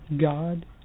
God